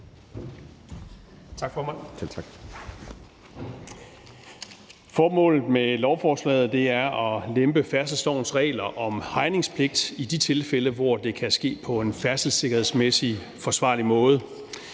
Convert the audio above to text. Tak for det.